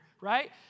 Right